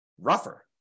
rougher